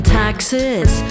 taxes